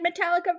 Metallica